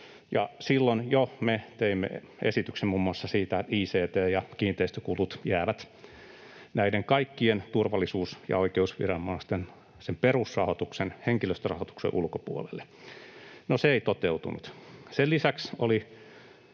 silloin me teimme esityksen muun muassa siitä, että ict‑ ja kiinteistökulut jäävät näiden kaikkien turvallisuus‑ ja oikeusviranomaisten perusrahoituksen, henkilöstörahoituksen, ulkopuolelle. No, se ei toteutunut. Sen lisäksi